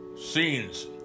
scenes